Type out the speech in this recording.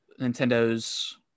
Nintendo's